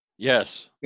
Yes